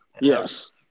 Yes